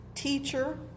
teacher